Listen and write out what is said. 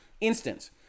instance